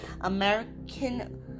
American